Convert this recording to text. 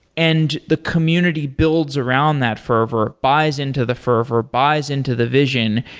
and the community builds around that fervor, buys into the fervor, buys into the vision,